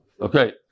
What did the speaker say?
Okay